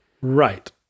Right